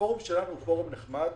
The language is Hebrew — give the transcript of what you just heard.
הפורום שלנו הוא פורום נחמד,